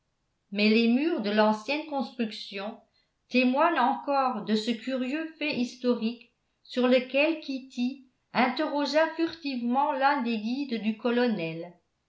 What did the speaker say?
mais les murs de l'ancienne construction témoignent encore de ce curieux fait historique sur lequel kitty interrogea furtivement l'un des guides du colonel